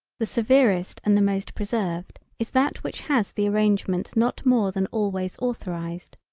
the severest and the most preserved is that which has the arrangement not more than always authorised.